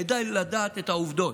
כדאי לדעת את העובדות.